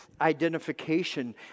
identification